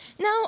Now